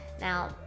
Now